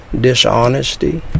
dishonesty